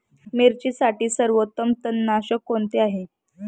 मिरचीसाठी सर्वोत्तम तणनाशक कोणते आहे?